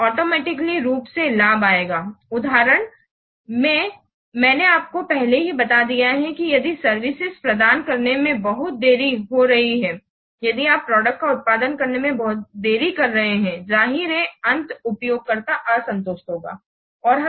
तो ऑटोमेटिकली रूप से लाभ आएगा उदाहरण में मैंने आपको पहले ही बता दिया है कि यदि सर्विसेज प्रदान करने में बहुत देरी हो रही है यदि आप प्रोडक्ट का उत्पादन करने में बहुत देरी कर रहे हैं जाहिर है अंत उपयोगकर्ता असंतुष्ट होगा